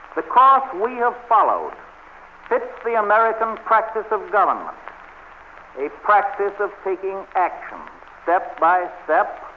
the course we have followed fits the american practice of government a practice of taking action step by step,